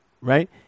right